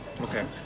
Okay